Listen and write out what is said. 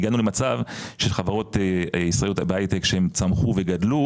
והגענו למצב של חברות ישראליות בהייטק שהם צמחו וגדלו